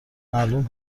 معلوم